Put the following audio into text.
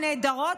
הנהדרות,